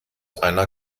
einer